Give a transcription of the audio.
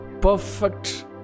perfect